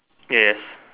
yes